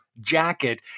jacket